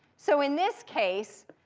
so in this case,